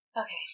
Okay